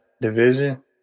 division